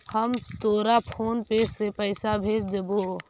हम तोरा फोन पे से पईसा भेज देबो